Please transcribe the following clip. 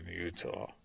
Utah